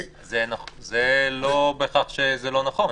לא בהכרח שזה לא נכון,